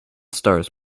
stars